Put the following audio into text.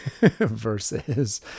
versus